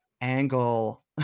angle